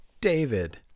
David